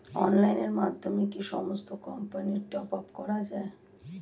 অনলাইনের মাধ্যমে কি সমস্ত কোম্পানির টপ আপ করা যায়?